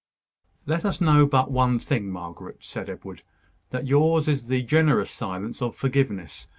let us know but one thing, margaret, said edward that yours is the generous silence of forgiveness.